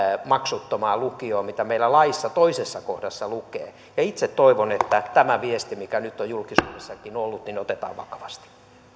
maksuttomaan lukioon mitä meillä laissa toisessa kohdassa lukee itse toivon että tämä viesti mikä nyt on julkisuudessakin ollut otetaan vakavasti